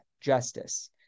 justice